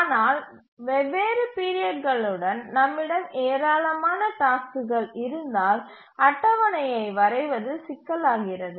ஆனால் வெவ்வேறு பீரியட்களுடன் நம்மிடம் ஏராளமான டாஸ்க்குகள் இருந்தால் அட்டவணையை வரைவது சிக்கலாகிறது